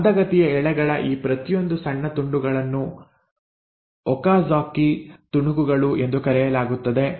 ಮಂದಗತಿಯ ಎಳೆಗಳ ಈ ಪ್ರತಿಯೊಂದು ಸಣ್ಣ ತುಂಡುಗಳನ್ನು ಒಕಾಜಾ಼ಕಿ ತುಣುಕುಗಳು ಎಂದು ಕರೆಯಲಾಗುತ್ತದೆ